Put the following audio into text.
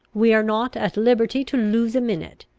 we are not at liberty to lose a minute.